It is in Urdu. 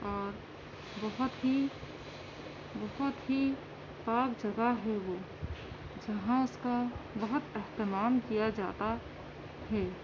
اور بہت ہی بہت ہی پاک جگہ ہے وہ جہاں اس کا بہت اہتمام کیا جاتا ہے